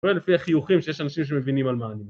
אני רואה לפי החיוכים שיש אנשים שמבינים על מה...